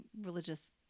religious